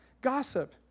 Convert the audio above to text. Gossip